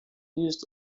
use